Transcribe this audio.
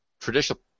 traditional